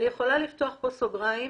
אני יכולה לפתוח פה סוגריים